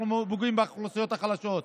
אנחנו פוגעים באוכלוסיות החלשות.